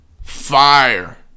fire